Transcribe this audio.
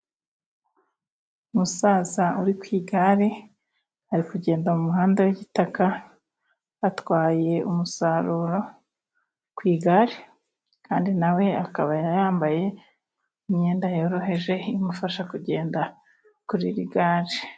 Umusaza uri ku igare, ari kugenda mu muhanda w'igitaka, atwaye umusaruro ku igare kandi nawe akaba yambaye imyenda yoroheje, imufasha kugenda kuri iri gare.